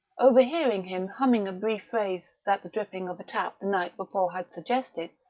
overhearing him humming a brief phrase that the dripping of a tap the night before had suggested,